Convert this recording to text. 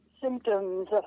symptoms